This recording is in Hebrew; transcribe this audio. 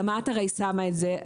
גם את הרי שמה את זה,